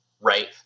right